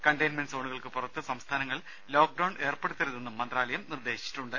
containment സോണുകൾക്ക് പുറത്ത് സംസ്ഥാനങ്ങൾ ലോക്ഡൌൺ ഏർപ്പെടുത്തരുതെന്നും മന്ത്രാലയം നിർദ്ദേശിച്ചിട്ടുണ്ട്